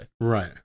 right